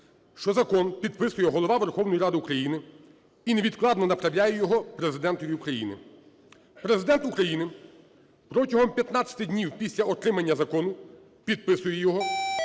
Що закон підписує Голова Верховної Ради України і невідкладно направляє його Президентові України. Президент України протягом 15 днів після отримання закону підписує його,